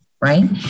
right